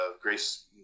Grace